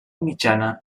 mitjana